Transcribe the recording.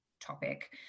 topic